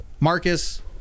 Marcus